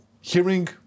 hearing